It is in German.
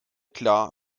klar